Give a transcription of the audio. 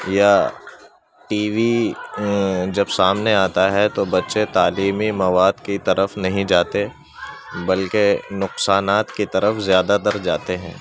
یا TV جب سامنے آتا ہے تو بچے تعلیمی مواد کی طرف نہیں جاتے بلکہ نقصانات کی طرف زیادہ تر جاتے ہیں